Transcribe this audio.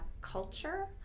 culture